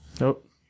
nope